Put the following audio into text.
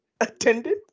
attended